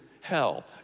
hell